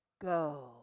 go